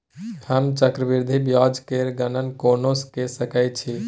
हम चक्रबृद्धि ब्याज केर गणना कोना क सकै छी